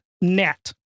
net